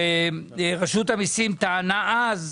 רשות המסים טענה אז,